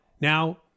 Now